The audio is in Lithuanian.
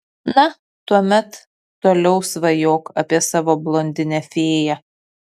na tuomet toliau svajok apie savo blondinę fėją